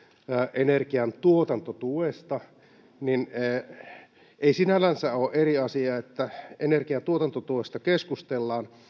energian tuotantotuesta ei sinällänsä ole eri asia kuin se että energian tuotantotuesta keskustellaan